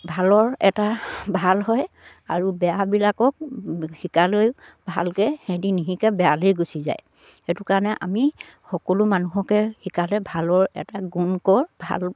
ভালৰ এটা ভাল হয় আৰু বেয়াবিলাকক শিকালৈও ভালকে সিহঁতি নিশিকে বেয়ালেই গুচি যায় সেইটো কাৰণে আমি সকলো মানুহকে শিকালে ভালৰ এটা গুণ কৰ ভাল